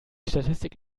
statistik